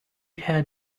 had